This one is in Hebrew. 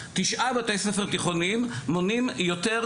שמוליק, בבקשה, אני מבין שיש לנו מצגת.